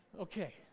Okay